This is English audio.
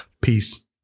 Peace